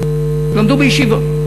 למדו בישיבה.